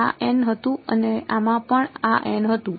આ હતું અને આમાં પણ આ હતું